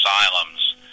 asylums